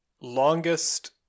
longest